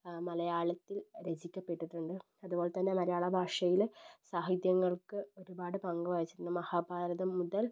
മലയാളത്തിൽ രചിക്കപ്പെട്ടിട്ടുണ്ട് അതുപോലെതന്നെ മലയാള ഭാഷയില് സാഹിത്യങ്ങൾക്ക് ഒരുപാട് പങ്ക് വഹിച്ചിട്ടുണ്ട് മഹാഭാരതം മുതൽ